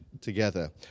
together